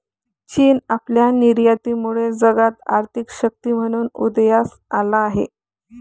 चीन आपल्या निर्यातीमुळे जगात आर्थिक शक्ती म्हणून उदयास आला आहे